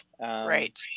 Right